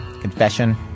Confession